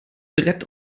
brett